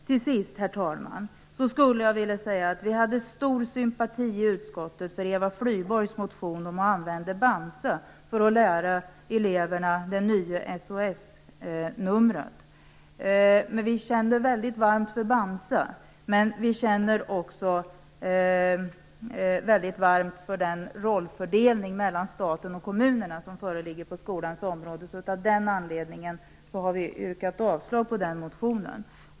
Till sist, herr talman, vill jag säga att vi i utskottet kände stor sympati för Eva Flyborgs motion om att använda Bamse för att lära eleverna det nya SOS numret. Vi känner väldigt varmt för Bamse, men vi känner också väldigt varmt för den rollfördelning mellan staten och kommunerna som föreligger på skolans område. Av den anledningen har vi yrkat avslag på motionen.